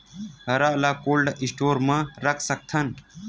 हरा ल cold store म रख सकथन?